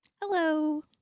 Hello